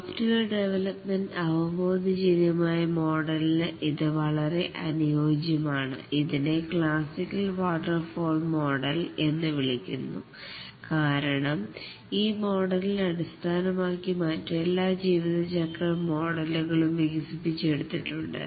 software development അവബോധ്യമായ മോഡലിന് ഇത് വളരെ അനുയോജ്യമാണ് ഇതിനെ ക്ലാസിക്കൽ വാട്ടർഫാൾ മോഡൽ എന്ന് വിളിക്കുന്നു കാരണം ഈ മോഡലിനെ അടിസ്ഥാനമാക്കി മറ്റെല്ലാ ജീവിതചക്രം മോഡലുകളും വികസിപ്പിച്ചെടുത്തിട്ടുണ്ട്